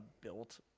built